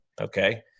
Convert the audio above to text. Okay